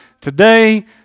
today